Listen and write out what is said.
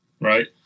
Right